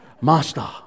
Master